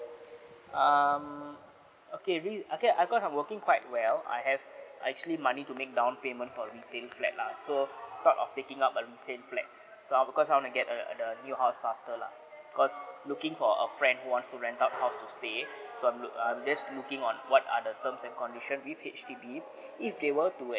um okay re~ okay I cause I'm working quite well I have actually money to make down payment for resale flat lah so thought of taking up a resale flat because I want to get a the new house faster lah cause you looking for a friend who wants to rent out house to stay so I'm loo~ I'm just looking on what are the terms and connection with H_D_B if they were to